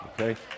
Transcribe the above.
Okay